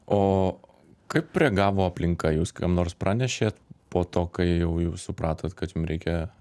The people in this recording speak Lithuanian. o kaip reagavo aplinka jūs kam nors pranešėt po to kai jau jau supratot kad jum reikia